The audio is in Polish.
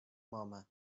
mamę